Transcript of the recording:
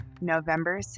November